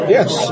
Yes